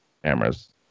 cameras